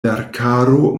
verkaro